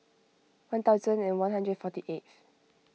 one thousand one hundred and forty eighth